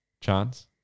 Chance